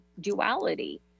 duality